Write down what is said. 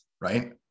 right